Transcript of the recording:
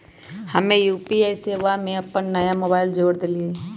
हम्मे यू.पी.आई सेवा में अपन नया मोबाइल नंबर जोड़ देलीयी